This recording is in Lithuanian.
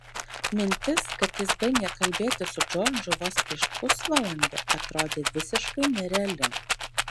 mintis kad jis baigė kalbėti su džordžu vos prieš pusvalandį atrodė visiškai nereali